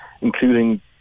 including